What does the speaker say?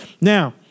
Now